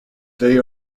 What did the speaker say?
they